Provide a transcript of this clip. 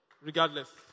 Regardless